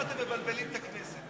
כך אתם מבלבלים את הכנסת.